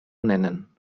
nennen